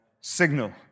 signal